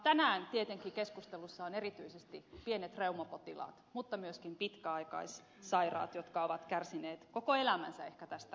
tänään tietenkin keskustelussa ovat erityisesti pienet reumapotilaat mutta myöskin pitkäaikaissairaat jotka ovat kärsineet ehkä koko elämänsä tästä sairaudesta